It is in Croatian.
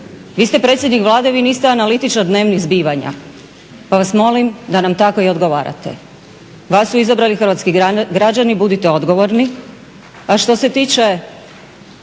Vi ste predsjednik Vlade, vi niste analitičar dnevnih zbivanja pa vas molim da nam tako i odgovarate. Vas su izabrali hrvatski građani, budite odgovorni. A što se tiče